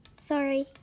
Sorry